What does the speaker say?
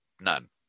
None